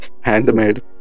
Handmade